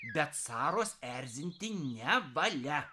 bet saros erzinti nevalia